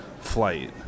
flight